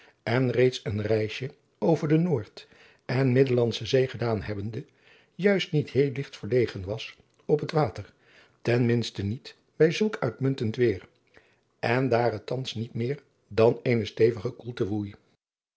en reeds een reisje over de noord en middellandsche zee gedaan hebbende juist adriaan loosjes pzn het leven van maurits lijnslager niet heel ligt verlegen was op het water ten minste niet bij zulk uitmuntend weêr en daar het thans niet meer dan eene stevige koelte woei